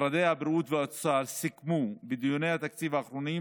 משרדי הבריאות והאוצר סיכמו בדיוני התקציב האחרונים